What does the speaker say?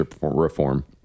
reform